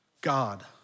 God